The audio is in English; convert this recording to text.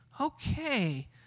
okay